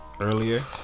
earlier